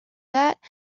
that